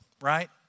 Right